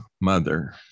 mother